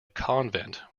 convent